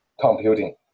computing